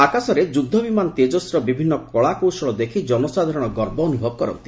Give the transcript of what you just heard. ଆକାଶରେ ଯୁଦ୍ଧ ବିମାନ ତେଜସ୍ର ବିଭିନ୍ନ କଳାକୌଶଳ ଦେଖି ଜନସାଧାରଣ ଗର୍ବ ଅନୁଭବ କରନ୍ତି